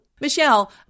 Michelle